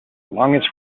longest